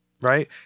right